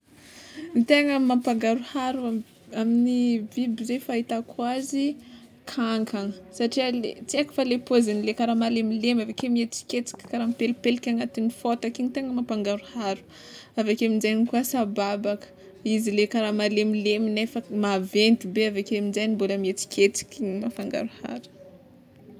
Ny tegna mampangaroharo amy amin'ny biby zegny fahitako azy kankana satria le tsy aiko fa le paoziny le kara malemilemy aveke mietsiketsika kara mipelipelika agnatin'ny fôtaka igny tegna mampangaroharo, aveke aminjegny koa sababaka, izy le kara malemilemy nefa maventy be aveke aminjegny mbola mietsiketsika igny mampangaroharo.